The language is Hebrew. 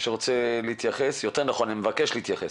יותר נכון אני מבקש להתייחס.